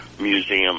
museum